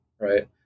right